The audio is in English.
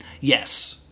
yes